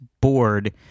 board